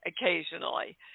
occasionally